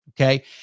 Okay